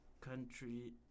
country